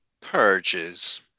Purges